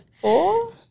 Four